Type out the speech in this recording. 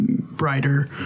brighter